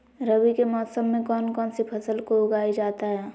रवि के मौसम में कौन कौन सी फसल को उगाई जाता है?